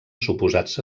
suposats